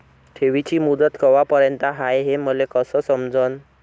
ठेवीची मुदत कवापर्यंत हाय हे मले कस समजन?